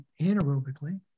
anaerobically